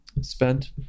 spent